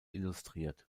illustriert